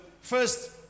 first